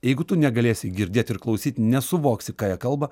jeigu tu negalėsi girdėt ir klausyt nesuvoksi ką jie kalba